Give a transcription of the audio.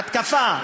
התקפה,